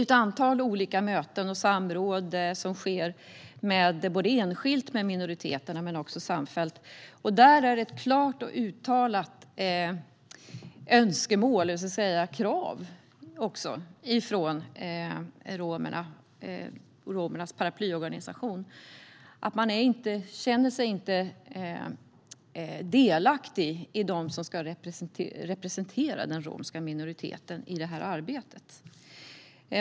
Ett antal möten och samråd sker både enskilt med minoriteterna och samfällt. Där finns ett klart och uttalat önskemål och krav från romerna och deras paraplyorganisation som handlar om att de inte känner sig delaktiga i förhållande till dem som ska representera den romska minoriteten i detta arbete.